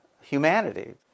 humanity